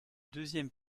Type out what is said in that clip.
deuxième